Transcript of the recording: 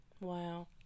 Wow